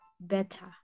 better